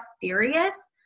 serious